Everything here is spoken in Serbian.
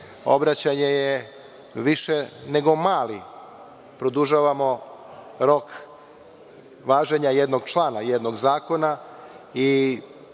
obraćanje je više nego mali, produžavamo rok važenja jednog člana, jednog zakona, i